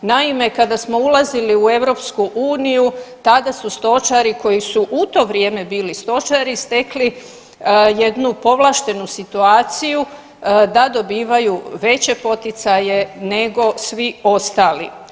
Naime, kada smo ulazili u EU tada su stočari koji su u to vrijeme bili stočari stekli jednu povlaštenu situaciju da dobivaju veće poticaje nego svi ostali.